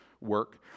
work